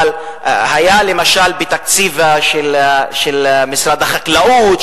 אבל היה למשל בתקציב של משרד החקלאות,